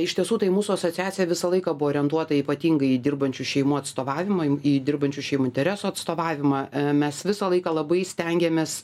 iš tiesų tai mūsų asociacija visą laiką buvo orientuota ypatingai į dirbančių šeimų atstovavimą į dirbančių šeimų interesų atstovavimą mes visą laiką labai stengėmės